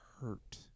hurt